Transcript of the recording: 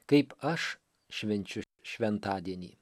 kaip aš švenčiu šventadienį